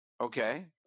Okay